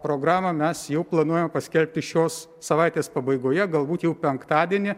programą mes jau planuojam paskelbti šios savaitės pabaigoje galbūt jau penktadienį